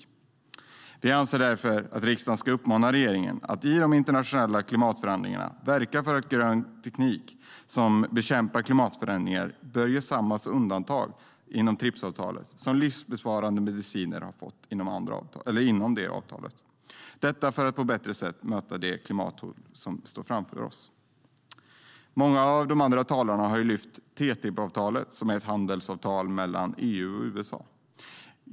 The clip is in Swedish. Många av de andra talarna har lyft fram TTIP-avtalet, som är ett handelsavtal mellan EU och USA.